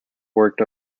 worked